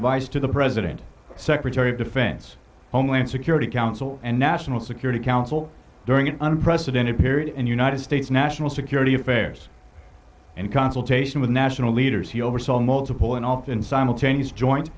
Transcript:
advice to the president secretary of defense homeland security council and national security council during an unprecedented period and united states national security affairs and consultation with national leaders he oversaw multiple and often simultaneous joint